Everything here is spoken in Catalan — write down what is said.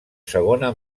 segona